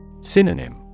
Synonym